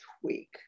tweak